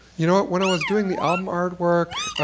you know when i was doing the album artwork,